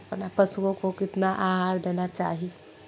पशुओं को कितना आहार देना चाहि?